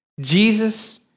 Jesus